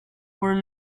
were